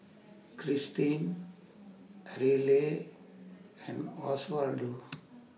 Kristine Ariella and Oswaldo